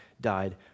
died